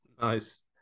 Nice